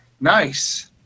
Nice